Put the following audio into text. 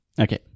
okay